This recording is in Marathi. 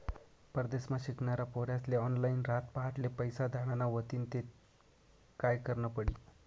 परदेसमा शिकनारा पोर्यास्ले ऑनलाईन रातपहाटले पैसा धाडना व्हतीन ते काय करनं पडी